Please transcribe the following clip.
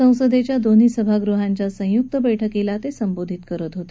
संसदेच्या दोन्ही सभागृहांच्या संयुक्त बैठकीला ते संबोधित करत होते